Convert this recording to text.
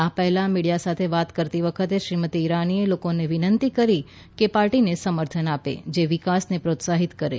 આ પહેલા મીડિયા સાથે વાત કરતી વખતે શ્રીમતી ઇરાનીએ લોકોને વિનંતી કરી કે એ પાર્ટીને સમર્થન આપે જે વિકાસને પ્રોત્સાહિત કરે